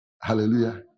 Hallelujah